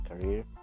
career